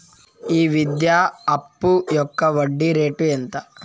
ఈ విద్యా అప్పు యొక్క వడ్డీ రేటు ఎంత?